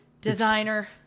designer